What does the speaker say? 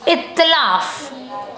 इतलाफ